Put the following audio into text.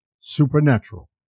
supernatural